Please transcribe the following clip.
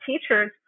teachers